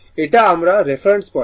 এটা আমার reference point